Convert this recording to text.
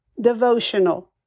devotional